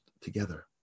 together